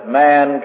man